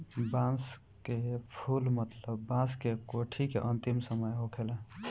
बांस के फुल मतलब बांस के कोठी के अंतिम समय होखेला